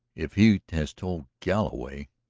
if he has told galloway.